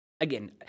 again